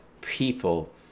people